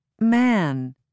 man